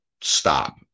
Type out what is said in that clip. stop